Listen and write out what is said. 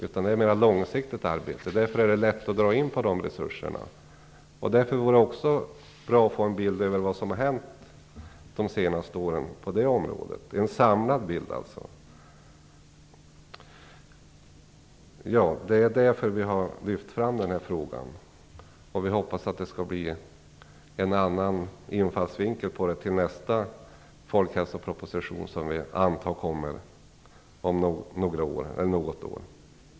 Det är ett mer långsiktigt arbete, och därför är det lätt att dra in på de resurserna. Därför vore det också bra att få en samlad bild över vad som har hänt de senaste åren på det området. Det är därför vi har lyft fram frågan, och vi hoppas att det skall bli en annan infallsvinkel på nästa folkhälsoproposition, som vi antar kommer om några eller något år.